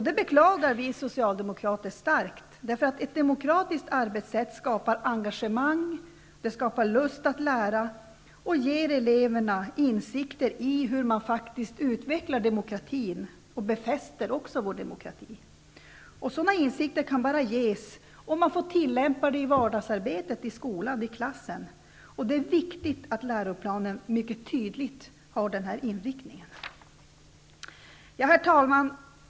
Det beklagar vi socialdemokrater verkligen. Ett demokratiskt arbetssätt framkallar nämligen ett engagemang och en lust att lära. Dessutom får eleverna därmed insikt i hur man faktiskt utvecklar demokratin och även befäster denna. Sådan insikt får man bara om det här kan tillämpas i vardagsarbetet i klassen. Det är viktigt att läroplanen mycket tydligt har denna inriktning. Herr talman!